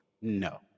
no